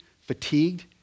fatigued